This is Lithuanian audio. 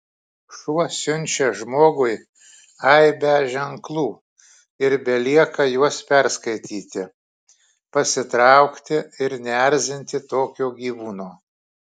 šuo siunčia žmogui aibę ženklų ir belieka juos perskaityti pasitraukti ir neerzinti tokio gyvūno